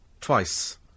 Twice